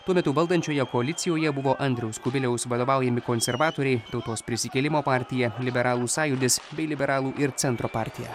tuo metu valdančioje koalicijoje buvo andriaus kubiliaus vadovaujami konservatoriai tautos prisikėlimo partija liberalų sąjūdis bei liberalų ir centro partija